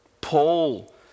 Paul